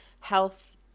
health